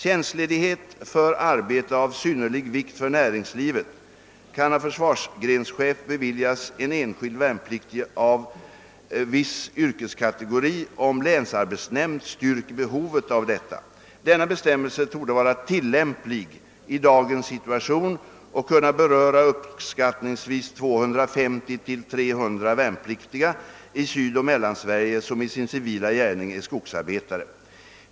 Tjänstledighet för arbete av synnerlig vikt för näringslivet kan av försvarsgrenschef beviljas en enskild värnpliktig av viss yrkeskategori om länsarbetsnämnd styrker behovet av detta. Denna bestämmelse torde vara tillämplig i dagens situation och kunna beröra uppskattningsvis 250—300 värnpliktiga i Sydoch Mellansverige som i sin civila gärning är skogsarbetare.